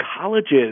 colleges